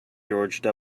george